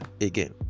again